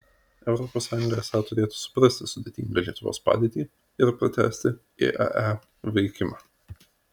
europos sąjunga esą turėtų suprasti sudėtingą lietuvos padėtį ir pratęsti iae veikimą